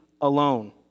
alone